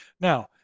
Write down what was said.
Now